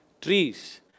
trees